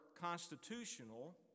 constitutional